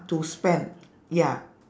to spend ya